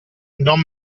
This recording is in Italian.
non